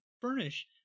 furnish